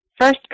first